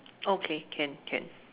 okay can can